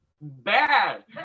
bad